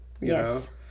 yes